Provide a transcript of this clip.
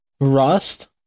Rust